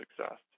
success